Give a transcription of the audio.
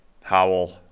Howell